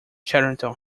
cheriton